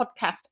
podcast